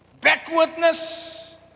backwardness